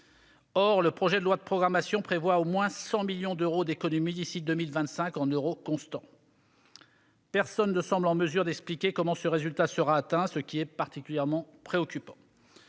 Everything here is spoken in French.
Or le projet de loi de programmation prévoit au moins 100 millions d'euros d'économies d'ici à 2025 en euros constants. Personne ne semble en mesure d'expliquer comment ce résultat sera atteint, ce qui est particulièrement préoccupant.